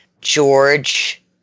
George